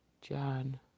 John